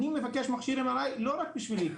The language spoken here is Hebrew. אני מבקש מכשיר M.R.I לא רק בשבילי,